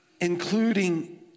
including